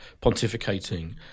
pontificating